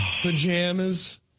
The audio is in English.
pajamas